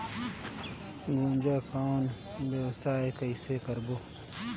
गुनजा कौन व्यवसाय कइसे करबो?